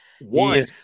One